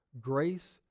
Grace